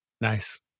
Nice